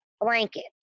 blanket